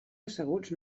asseguts